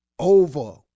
Over